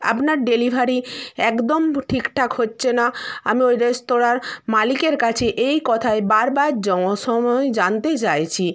আপনার ডেলিভারি একদম ঠিকঠাক হচ্ছে না আমি ওই রেস্তোরাঁর মালিকের কাছে এই কথাই বারবার জঁসময় জানতে চাইছি